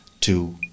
two